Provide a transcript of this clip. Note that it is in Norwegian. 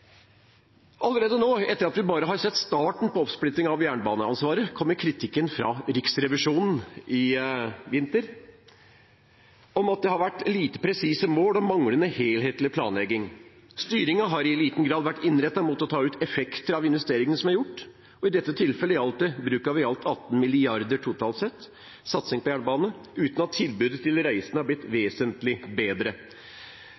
Allerede nå, etter at vi bare har sett starten på oppsplittingen av jernbaneansvaret, kom det kritikk fra Riksrevisjonen i vinter om at det har vært lite presise mål og manglende helhetlig planlegging. Styringen har i liten grad vært innrettet mot å ta ut effekter av investeringene som er gjort, og i dette tilfellet gjaldt det totalt sett bruk av i alt 18 mrd. kr til satsing på jernbane, uten at tilbudet til de reisende er blitt